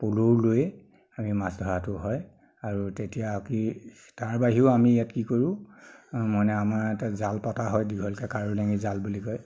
পল'ও লৈয়ে আমি মাছ ধৰাতো হয় আৰু তেতিয়া কি তাৰ বাহিৰেও আমি ইয়াত কি কৰো মানে আমাৰ ইয়াতে জাল পতা হয় দীঘলকৈ কাৱৈ লাঙি জাল বুলি কয়